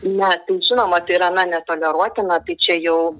na tai žinoma tai yra na netoleruotina tai čia jau